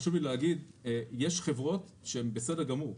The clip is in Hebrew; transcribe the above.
חשוב לי להגיד שיש חברות שהן בסדר גמור.